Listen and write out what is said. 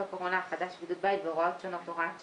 הקורונה החדש) (בידוד בית והוראות שונות) (הוראת שעה),